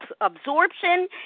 absorption